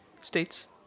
states